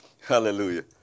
Hallelujah